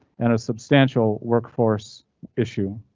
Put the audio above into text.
and a substantial workforce issue.